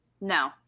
no